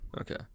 Okay